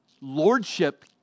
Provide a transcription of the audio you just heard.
lordship